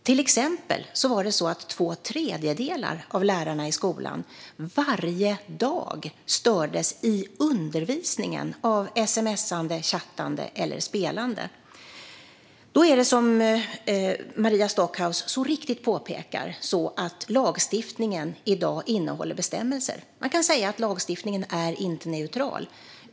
Till exempel sa två tredjedelar av lärarna att de varje dag stördes i undervisningen av sms:ande, chattande eller spelande. Som Maria Stockhaus så riktigt påpekar innehåller lagstiftningen i dag bestämmelser. Man kan säga att lagstiftningen inte är neutral.